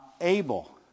able